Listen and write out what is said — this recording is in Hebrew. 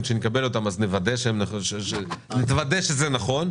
וכשנקבל אותם אז נתוודא שזה נכון,